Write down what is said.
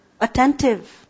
Attentive